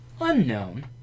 unknown